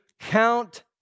count